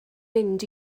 mynd